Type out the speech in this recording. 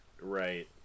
right